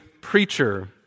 preacher